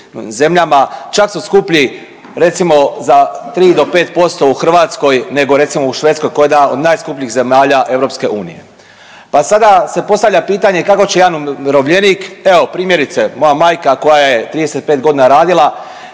čak su skuplji recimo za 3 do 5% u Hrvatskoj nego recimo u Švedskoj koja je jedna od najskupljih zemalja EU. Pa sada se postavlja pitanje kako će jedan umirovljenik, evo primjerice moja majka koja je 35.g. radila,